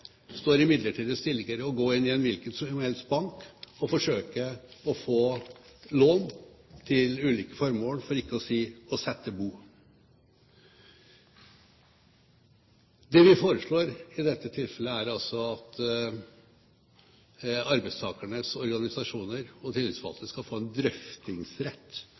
står i midlertidige stillinger å gå inn i en hvilken som helst bank og forsøke å få lån til ulike formål, for ikke å si å sette bo. Det vi foreslår i dette tilfellet, er altså at arbeidstakernes organisasjoner og tillitsvalgte skal få en drøftingsrett